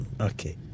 okay